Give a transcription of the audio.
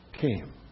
came